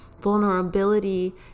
vulnerability